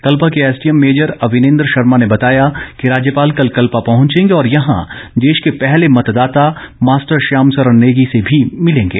कल्पा के SDM major Avinendra Sharma ने बताया कि राज्यपाल कल कल्पा पहंचेंगे और यहां देश के पहले मतदाता मास्टर श्याम सरण नेगी से भी मिलेंगे